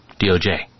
DOJ